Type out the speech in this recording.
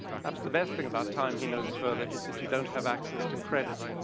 perhaps the best thing about time, he notes further, is that you don't have access to credit.